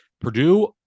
Purdue